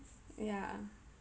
ya